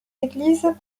églises